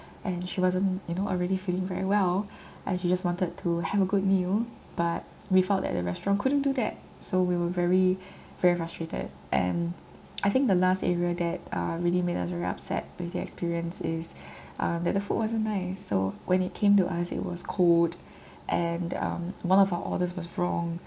and she wasn't you know already feeling very well and she just wanted to have a good meal but we thought that the restaurant couldn't do that so we were very very frustrated and I think the last area that uh really made us very upset with the experience is um that the food wasn't nice so when it came to us it was cold and um one of our orders was wrong